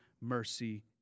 mercy